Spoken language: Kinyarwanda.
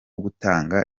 gutanga